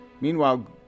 Meanwhile